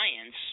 science